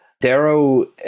Darrow